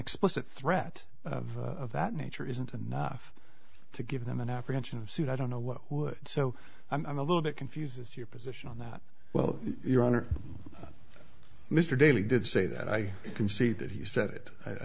explicit threat of that nature isn't enough to give them an apprehension of suit i don't know what would so i'm a little bit confused as your position on that well your honor mr daley did say that i can see that he said it i